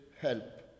help